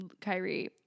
Kyrie